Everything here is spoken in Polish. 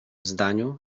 zdaniu